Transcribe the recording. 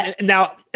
now